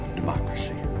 democracy